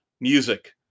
music